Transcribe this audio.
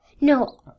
No